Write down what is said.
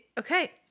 Okay